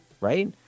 Right